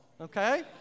Okay